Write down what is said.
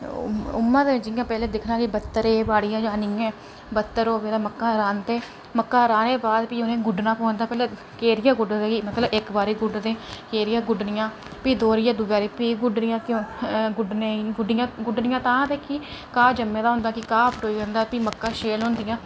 उ'आं गै दिक्खना पैह्लैं बत्तर ऐ बाड़िया च जां नेईं ऐ बत्तर होग तां मक्कां राह्ंदे मक्का राह्नें दे बाद गुड्डना पौंदा केह्रिया गुड्डदे भी मतलब इक बारी गुड्डदे केह्रिया गुड्डनियां भी दोह्रिया दूए बारी भी गुड्डनियां गुड्डनें ई गुड्डनियां घाऽ जम्मे दा होंदा भी मक्कां शैल होंदियां